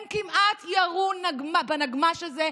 הם כמעט ירו בנגמ"ש הזה.